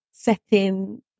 Setting